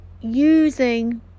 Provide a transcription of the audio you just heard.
using